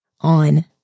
on